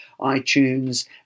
iTunes